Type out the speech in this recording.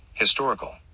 historical